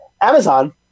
Amazon